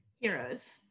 Heroes